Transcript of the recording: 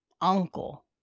uncle